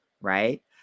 right